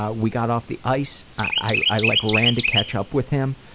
ah we got off the ice. i i like ran to catch up with him,